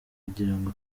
kugirango